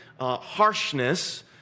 harshness